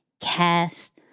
cast